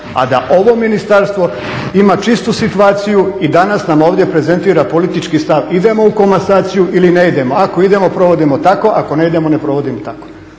a da ovo ministarstvo ima čistu situaciju i danas nam ovdje prezentira politički stav idemo u komasaciju ili ne idemo. Ako idemo provodimo tako ako ne idemo ne provodimo tako.